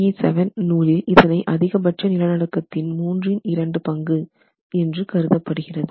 ASCE 7 நூலில் இதனை அதிகபட்ச நிலநடுக்கத்தின் மூன்றின் இரண்டு பங்கு ⅔ என்று கருதப்படுகிறது